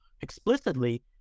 explicitly